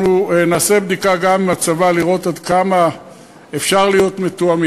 אנחנו נעשה בדיקה גם עם הצבא לראות עד כמה אפשר להיות מתואמים.